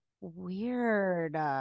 Weird